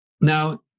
Now